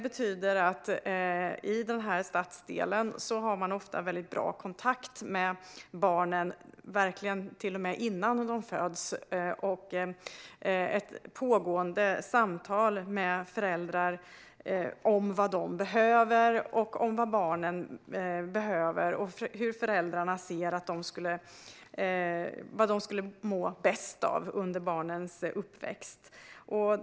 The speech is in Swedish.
I den här stadsdelen har man ofta väldigt bra kontakt med barnen, till och med innan de föds, och ett pågående samtal med föräldrar om vad de behöver, vad barnen behöver och vad föräldrarna anser att de skulle må bäst av under barnens uppväxt.